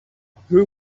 who